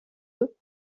eux